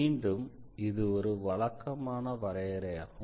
மீண்டும் இது ஒரு வழக்கமான வரையறை ஆகும்